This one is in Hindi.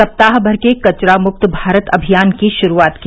सप्ताह भर के कचरा मुक्त भारत अभियान की शुरूआत की